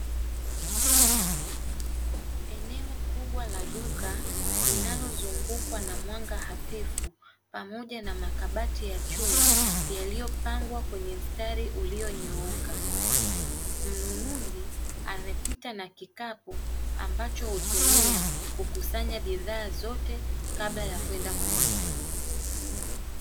Eneo kubwa la duka linalozungukwa na mwanga hafifu pamoja na makabati ya chuma, yaliyopangwa kwenye mstari ulionyooka. Mnunuzi amepita na kikapu ambacho hutumia kukusanya bidhaa zote kabla ya kwenda kulipa.